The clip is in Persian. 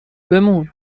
بمون